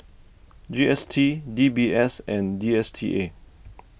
G S T D B S and D S T A